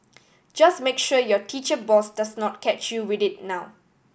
just make sure your teacher boss does not catch you with it now